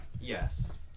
Yes